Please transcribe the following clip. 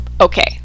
Okay